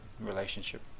relationship